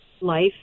life